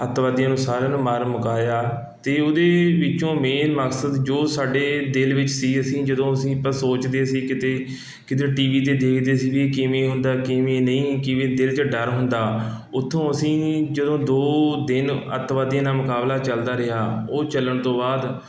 ਅੱਤਵਾਦੀਆਂ ਨੂੰ ਸਾਰਿਆਂ ਨੂੰ ਮਾਰ ਮੁਕਾਇਆ ਅਤੇ ਉਹਦੇ ਵਿੱਚੋਂ ਮੇਨ ਮਕਸਦ ਜੋ ਸਾਡੇ ਦਿਲ ਵਿੱਚ ਸੀ ਅਸੀਂ ਜਦੋਂ ਅਸੀਂ ਆਪਾਂ ਸੋਚਦੇ ਸੀ ਕਿਤੇ ਕਿਤੇ ਟੀ ਵੀ 'ਤੇ ਦੇਖਦੇ ਸੀ ਵੀ ਇਹ ਕਿਵੇਂ ਹੁੰਦਾ ਕਿਵੇਂ ਨਹੀਂ ਕਿਵੇਂ ਦਿਲ 'ਚ ਡਰ ਹੁੰਦਾ ਉੱਥੋਂ ਅਸੀਂ ਜਦੋਂ ਦੋ ਦਿਨ ਅੱਤਵਾਦੀਆਂ ਨਾਲ਼ ਮੁਕਾਬਲਾ ਚੱਲਦਾ ਰਿਹਾ ਉਹ ਚੱਲਣ ਤੋਂ ਬਾਅਦ